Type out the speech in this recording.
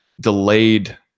delayed